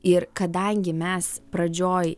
ir kadangi mes pradžioj